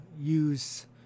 use